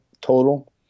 total